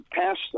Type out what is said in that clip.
passed